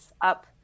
up